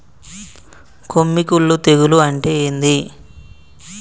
కొమ్మి కుల్లు తెగులు అంటే ఏంది?